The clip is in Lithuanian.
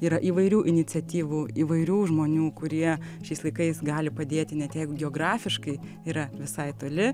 yra įvairių iniciatyvų įvairių žmonių kurie šiais laikais gali padėti ne tiek geografiškai yra visai toli